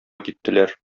киттеләр